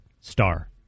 star